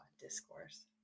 Discourse